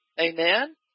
amen